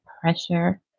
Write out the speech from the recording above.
pressure